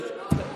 ברור,